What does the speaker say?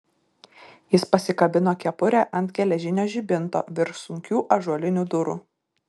jis pasikabino kepurę ant geležinio žibinto virš sunkių ąžuolinių durų